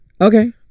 Okay